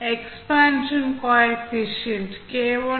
expansion coefficient k1 k2